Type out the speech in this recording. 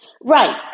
Right